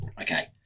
Okay